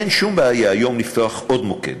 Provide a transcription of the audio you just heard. אין שום בעיה היום לפתוח עוד מוקד.